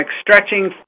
stretching